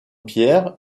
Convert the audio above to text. pierres